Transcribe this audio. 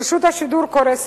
רשות השידור קורסת.